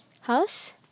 house